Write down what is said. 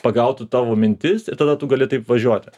pagautų tavo mintis ir tada tu gali taip važiuoti